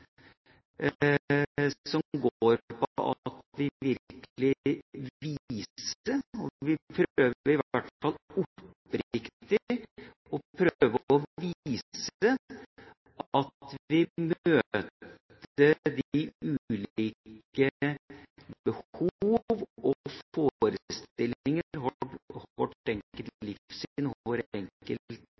vi virkelig viser – prøver i hvert fall oppriktig å vise – at vi møter de ulike behov og